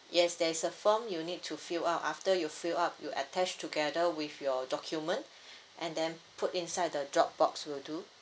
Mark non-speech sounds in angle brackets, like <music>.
yes there is a form you need to fill up after you fill up you attach together with your document <breath> and then put inside the drop box will do